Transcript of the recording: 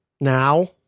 now